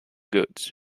goods